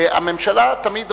הממשלה תמיד רשאית.